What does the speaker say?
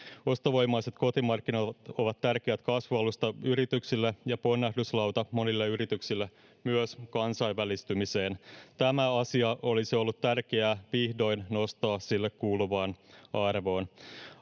ostovoimaiset kotimarkkinat ovat tärkeä kasvualusta yrityksille ja ponnahduslauta monille yrityksille myös kansainvälistymiseen tämä asia olisi ollut tärkeää vihdoin nostaa sille kuuluvaan arvoon